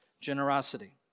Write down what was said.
generosity